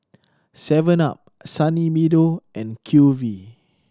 Seven Up Sunny Meadow and QV